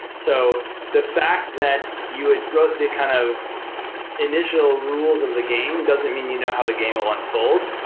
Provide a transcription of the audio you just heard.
so the fact that you and wrote the kind of initial rules of the game doesn't mean you know how the game will unfold,